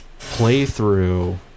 playthrough